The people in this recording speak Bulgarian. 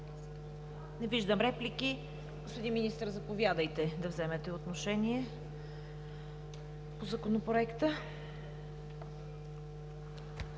Не виждам. Господин Министър, заповядайте да вземете отношение по Законопроекта.